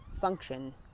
function